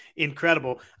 Incredible